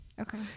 Okay